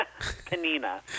Panina